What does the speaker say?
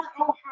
Ohio